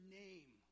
name